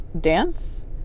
dance